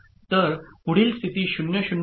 तर पुढील स्थिती 0 0 होते